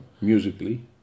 musically